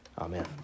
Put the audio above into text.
Amen